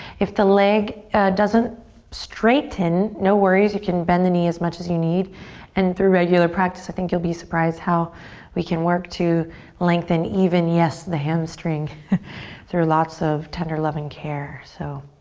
if the leg doesn't straighten, no worries. you can bend the knee as much as you need and through regular practice i think you'll be surprised how we can work to lengthen even, yes, the hamstring through lots of tender, love, and care. so